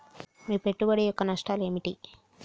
ఈ పెట్టుబడి యొక్క నష్టాలు ఏమిటి?